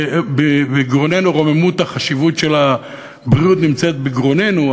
רוממות החשיבות של הבריאות בגרוננו,